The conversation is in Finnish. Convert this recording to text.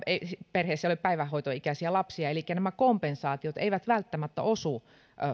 perheissä ei ole päivähoitoikäisiä lapsia elikkä nämä kompensaatiot eivät välttämättä osu